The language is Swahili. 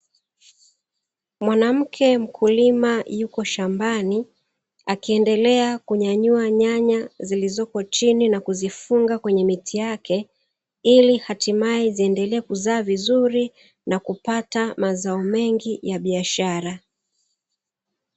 Mwanamke mkulima yuko shambani akiendelea kunyanyua nyanya zilizoko chini na kuzifunga kwenye miti yake ili hatimaye ziendelee kuzaa vizuri na kupata mazao mengi ya biashara.